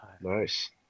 Nice